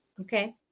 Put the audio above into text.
Okay